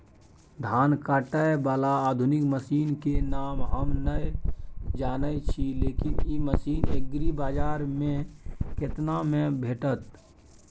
धान काटय बाला आधुनिक मसीन के नाम हम नय जानय छी, लेकिन इ मसीन एग्रीबाजार में केतना में भेटत?